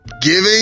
Giving